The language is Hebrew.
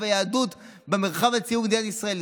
והיהדות במרחב הציבורי במדינת ישראל,